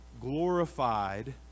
glorified